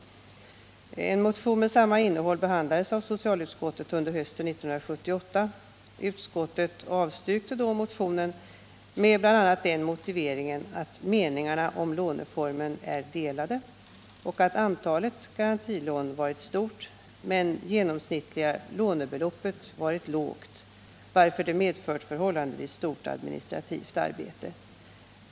En motion med samma innehåll behandlades av socialutskottet under hösten 1978. Utskottet avstyrkte då motionen med bl.a. den motiveringen att meningarna om låneformen är delade och att antalet garantilån varit stort men det genomsnittliga lånebeloppet lågt, varför denna låneform medfört förhållandevis stort administrativt arbete.